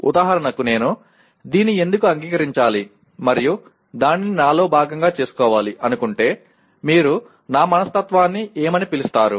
ఉదాహరణకు నేను దీన్ని ఎందుకు అంగీకరించాలి మరియు దానిని నాలో భాగం చేసుకోవాలి అనుకుంటే మీరు నా మనస్తత్వాన్ని ఏమని పిలుస్తారు